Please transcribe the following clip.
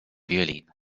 violín